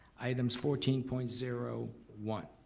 items fourteen point zero one.